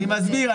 אני מסביר,